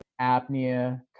apnea